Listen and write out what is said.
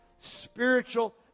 spiritual